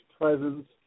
presence